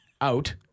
out